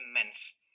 immense